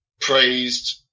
praised